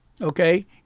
okay